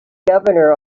governor